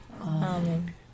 Amen